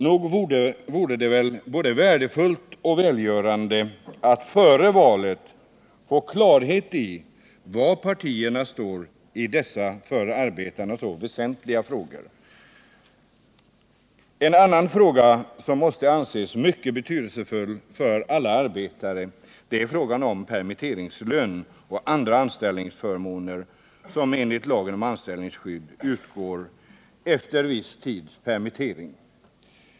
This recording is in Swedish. Nog vore det väl både värdefullt och välgörande att före valet få klarhet i var partierna står i dessa för arbetarna så väsentliga frågor. En annan fråga som måste anses mycket betydelsefull för alla arbetare är frågan om permitteringslön och andra anställningsförmåner som enligt lagen om anställningsskydd utgår efter viss tids permittering.